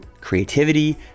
creativity